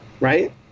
Right